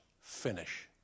finish